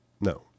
no